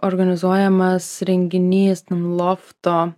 organizuojamas renginys ten lofto